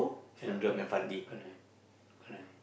ya correct correct correct correct